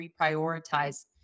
reprioritize